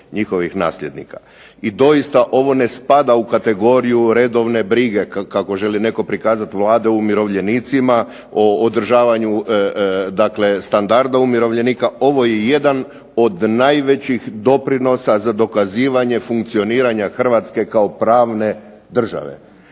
I doista ovo ne spada u kategoriju redovne brige, kako želi netko prikazati Vlade umirovljenicima, o održavanju dakle standarda umirovljenika, ovo je jedan od najvećih doprinosa za dokazivanje funkcioniranja Hrvatske kao pravne države.